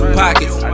pockets